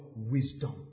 Wisdom